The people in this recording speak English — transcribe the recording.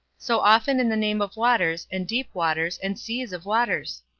so often in the name of waters, and deep waters, and seas of waters?